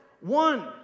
One